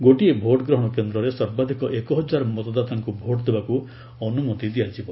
ଗୋଟିଏ ଭୋଟ୍ ଗ୍ରହଣ କେନ୍ଦ୍ରରେ ସର୍ବାଧିକ ଏକ ହଜାର ମତଦାତାଙ୍କୁ ଭୋଟ୍ ଦେବାକୁ ଅନୁମତି ଦିଆଯିବ